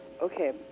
okay